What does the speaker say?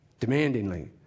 demandingly